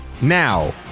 Now